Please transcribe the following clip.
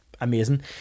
amazing